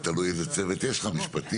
זה תלוי איזה צוות יש לך משפטי,